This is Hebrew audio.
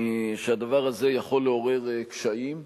שהדבר הזה יכול לעורר קשיים.